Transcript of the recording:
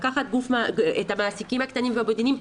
לקחת את המעסיקים הקטנים והבינוניים,